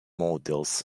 models